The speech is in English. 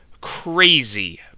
crazy